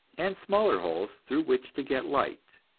and smaller holes through which to get light.